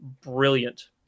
brilliant